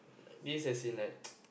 this as in like